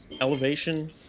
elevation